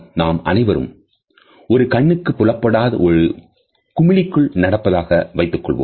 நாம் அனைவரும் ஒரு கண்ணுக்குப் புலப்படாத ஒரு குமிழிக்குள் நடப்பதாக வைத்துக் கொள்வோம்